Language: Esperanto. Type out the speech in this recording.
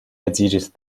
edziĝis